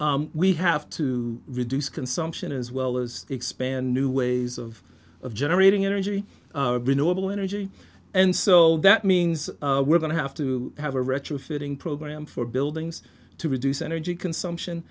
we have to reduce consumption as well as expand new ways of of generating energy renewable energy and so that means we're going to have to have a retrofitting program for buildings to reduce energy consumption